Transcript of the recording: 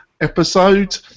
episode